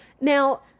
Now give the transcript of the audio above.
Now